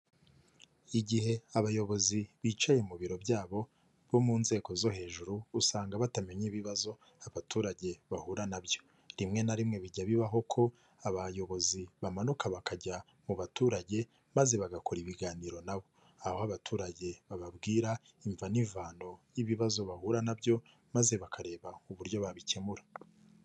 Igihe abayobozi bicaye mu biro byabo bo mu nzego zo hejuru usanga batamenya ibibazo abaturage bahura na byo, rimwe na rimwe bijya bibaho ko abayobozi bamanuka bakajya mu baturage maze bagakora ibiganiro na bo, aho abaturage bababwira imva n'imvano y'ibibazo bahura na byo maze bakareba uburyo babikemura.